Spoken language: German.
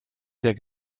der